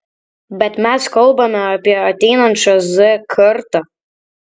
bet mes kalbame apie ateinančią z kartą